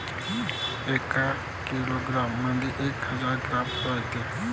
एका किलोग्रॅम मंधी एक हजार ग्रॅम रायते